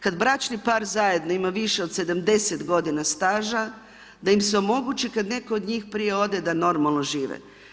Kada bračni par zajedno ima više od 70 g. staža, da im se omogući, kada netko od njih prije ode, da normalno žive.